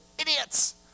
idiots